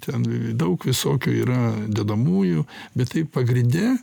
ten daug visokių yra dedamųjų bet tai pagrinde